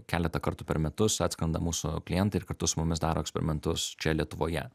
keletą kartų per metus atskrenda mūsų klientai ir kartu su mumis daro eksperimentus čia lietuvoje